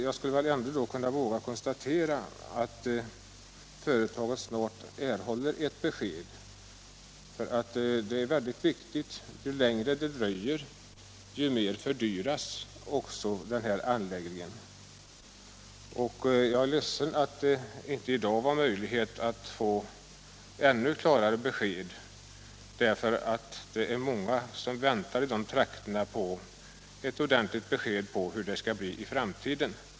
Jag kanske ändå vågar konstatera att företaget snart kommer att erhålla ett besked. Det är viktigt. Ju längre det dröjer, desto mer fördyras den här anläggningen. Därför är jag ledsen att inte i dag kunna få ännu klarare besked. Det är många i dessa trakter som väntar på ett ordentligt besked och hur det skall bli i framtiden.